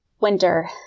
winter